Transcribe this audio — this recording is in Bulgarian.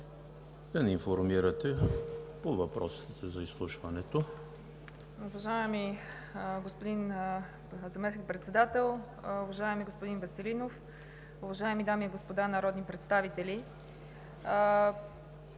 да ни информирате по въпросите за изслушването.